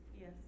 Yes